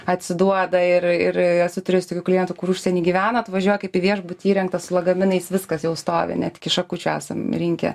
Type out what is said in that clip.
atsiduoda ir ir esu turėjęs tokių klientų kur užsieny gyvena atvažiuoja kaip į viešbutį įrengtą su lagaminais viskas jau stovi net iki šakučių esam rinkę